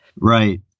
Right